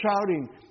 shouting